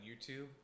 YouTube